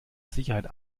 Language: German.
sicherheit